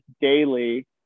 daily